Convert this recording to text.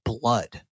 blood